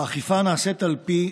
האכיפה נעשית על פי,